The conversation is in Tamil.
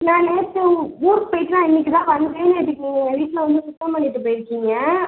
நான் நேற்று ஊருக்கு போய்ட்டு நான் இன்றைக்கு தான் வந்தேன் நேற்றுக்கு நீங்கள் எங்கள் வீட்டில் வந்து சுத்தம் பண்ணிகிட்டு போயிருக்கீங்க